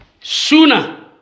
Sooner